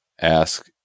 ask